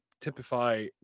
typify